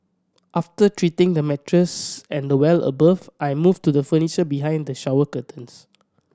after treating the mattress and the well above I moved to the furniture behind the shower curtains